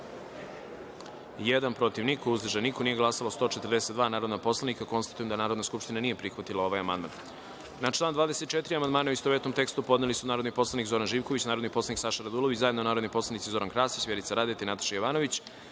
protiv – niko, uzdržanih – nema, nisu glasala 142 narodna poslanika. Konstatujem da Narodna skupština nije prihvatila ovaj amandman. Na član 31. amandmane, u istovetnom tekstu, podneli su narodni poslanik Zoran Živković, narodni poslanik Saša Radulović, zajedno narodni poslanici Zoran Krasić, Vjerica Radeta i Vesna Nikolić